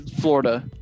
florida